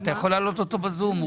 אתה יכול לעלות אותו בזום?